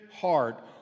heart